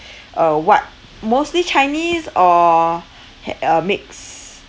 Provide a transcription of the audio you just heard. uh what mostly chinese or ha~ uh mix